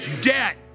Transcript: debt